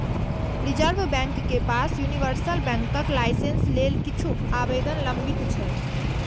reserve bank के पास universal बैंकक लाइसेंस लेल किछु आवेदन लंबित छै